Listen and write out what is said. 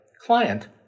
client